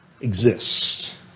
exist